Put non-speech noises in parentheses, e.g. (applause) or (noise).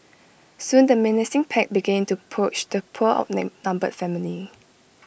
soon the menacing pack began to approach the poor (unintelligible) numbered family